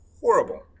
horrible